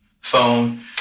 phone